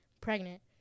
Pregnant